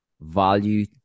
Value